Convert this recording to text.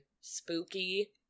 Spooky